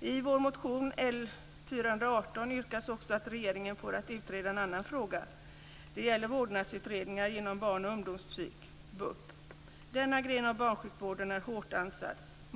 I vår motion L418 yrkas också att regeringen får i uppdrag att utreda en annan fråga. Det gäller vårdnadsutredningar genom Barn och ungdomspsyk, BUP. Denna gren av barnsjukvården är hårt ansatt.